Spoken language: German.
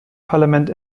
parlament